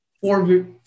Four